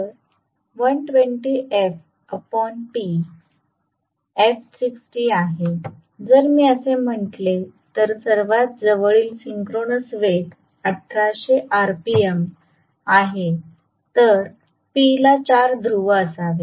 तर f 60 आहे जर मी असे म्हटले तर सर्वात जवळील सिंक्रोनस वेग 1800 आरपीएम आहे तर p ला 4 ध्रुव असावे